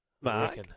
Mark